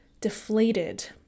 deflated